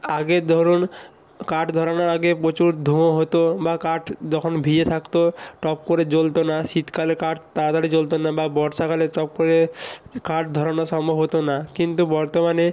আগে ধরুন কাট ধরানোর আগে প্রচুর ধোঁয়া হতো বা কাঠ যখন ভিজে থাকতো টপ করে জ্বলতো না শীতকালে কাঠ তাতাড়ি জ্বলতো না বা বর্ষাকালে টপ করে কাঠ ধরানো সম্ভব হতো না কিন্তু বর্তমানে